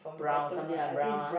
brown something like brown ah